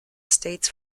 states